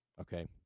okay